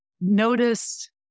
noticed